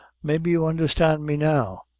maybe you understand me now?